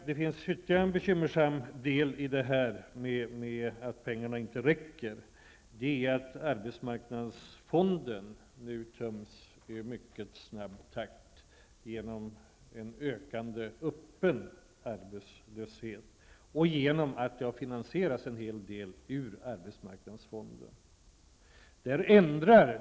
Det finns ytterligare ett bekymmer med att pengarna inte räcker. Arbetsmarknadsfonden töms nu nämligen i mycket snabb takt på grund av en ökande öppen arbetslöshet. En hel del har också finansierats ur arbetsmarknadsfonden.